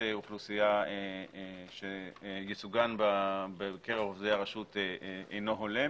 אוכלוסייה שייצוגן בהרכב עובדי הרשות אינו הולם,